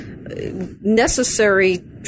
necessary